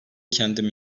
kendim